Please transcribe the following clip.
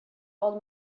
old